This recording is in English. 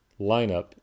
lineup